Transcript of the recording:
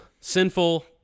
sinful